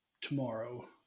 tomorrow